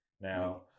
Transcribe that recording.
Now